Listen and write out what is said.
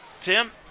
Tim